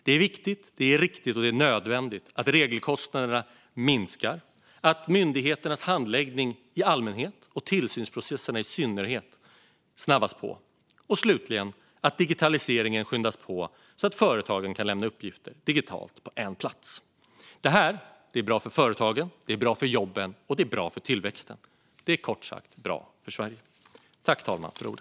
Det är viktigt, riktigt och nödvändigt att regelkostnaderna minskar, att myndigheternas handläggning i allmänhet och tillsynsprocesserna i synnerhet snabbas på samt att digitaliseringen skyndas på så att företagen kan lämna uppgifter digitalt på en plats. Det här är bra för företagen, för jobben och för tillväxten. Det är, kort sagt, bra för Sverige.